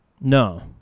No